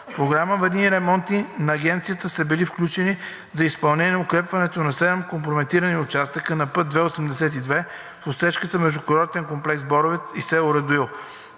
Програма „Аварии и ремонти“ на Агенцията са били включени за изпълнение укрепването на седем компрометирани участъка на път II-82 в отсечката между курортен комплекс Боровец и село Радуил.